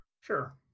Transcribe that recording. Sure